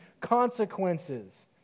consequences